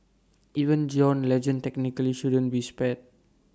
even John Legend technically shouldn't be spared